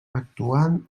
actuant